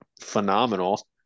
phenomenal